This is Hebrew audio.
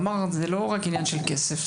הוא אמר זה לא רק עניין של כסף,